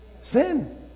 sin